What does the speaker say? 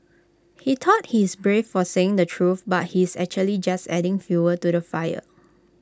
he thought he's brave for saying the truth but he's actually just adding fuel to the fire